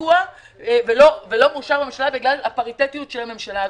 תקוע ולא מאושר בממשלה בגלל הפריטטיות של הממשלה הזו.